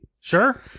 Sure